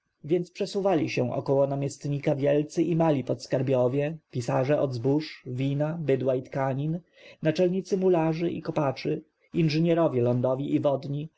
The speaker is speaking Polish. więc przesuwali się około namiestnika wielcy i mali podskarbiowie pisarze od zbóż wina byłabydła i tkanin naczelnicy mularzy i kopaczy inżynierowie lądowi i wodni